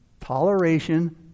toleration